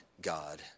God